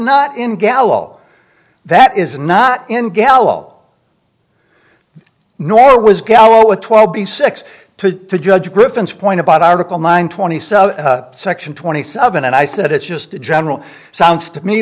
not in gal that is not in gal nor was galloway twelve b six to judge griffin's point about article mine twenty seven section twenty seven and i said it's just a general sounds to me